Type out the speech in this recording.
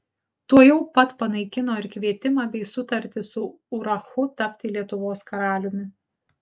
tuojau pat panaikino ir kvietimą bei sutartį su urachu tapti lietuvos karaliumi